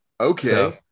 Okay